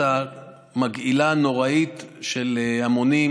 לא יודע כמה שנים,